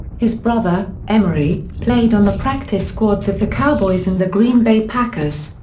his brother, emory, played on the practice squads of the cowboys and the green bay packers.